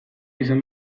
izan